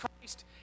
Christ